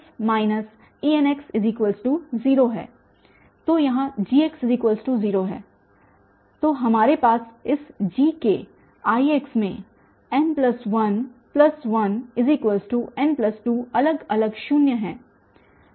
तो यहाँ Gx0 है तो हमरे पास इस G के Ix में n 1 1 n 2 अलग लग शून्य हैं